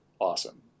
awesome